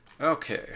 Okay